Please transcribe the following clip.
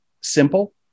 simple